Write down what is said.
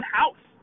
house